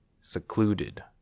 secluded